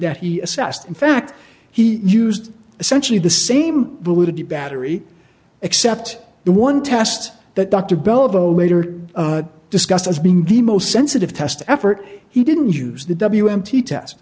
that he assessed in fact he used essentially the same validity battery except the one test that dr beliveau later discussed as being the most sensitive test effort he didn't use the w m t test